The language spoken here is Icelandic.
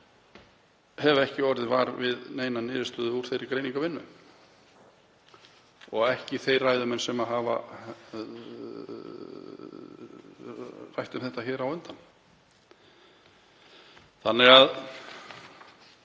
hef ekki orðið var við neina niðurstöðu úr þeirri greiningarvinnu og ekki þeir ræðumenn sem hafa rætt um þetta hér á undan þannig að